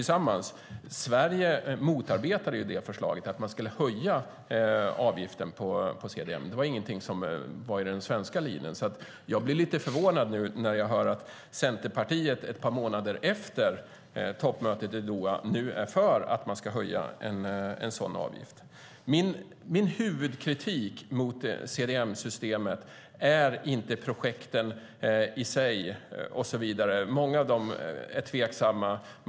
Sverige motarbetade förslaget att höja avgiften på CDM. Det var ingenting som fanns med i den svenska linjen. Jag blir lite förvånad när jag hör att Centerpartiet ett par månader efter toppmötet i Doha nu är för att höja en sådan avgift. Min huvudkritik mot CDM-systemet är inte projekten i sig. Många av dem är tveksamma.